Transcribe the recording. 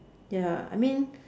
ya I mean